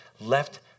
left